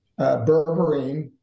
berberine